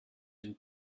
and